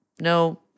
No